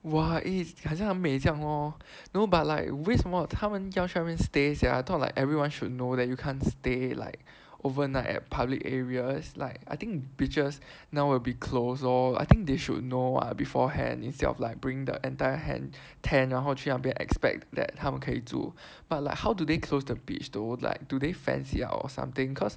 !wah! eh 好像很美这样 lor no but like 为什么他们就要去那边 stay sia I thought like everyone should know that you can't stay like overnight at public areas like I think beaches now will be closed lor I think they should know [what] beforehand instead of like bringing the entire hand tent 然后去那边 expect that 他们可以住 but like how do they close the beach though like do they fence it up or something cause